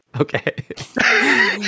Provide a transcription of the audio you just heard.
Okay